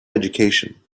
education